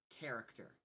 character